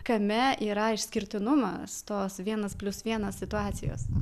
kame yra išskirtinumas tos vienas plius vienas situacijos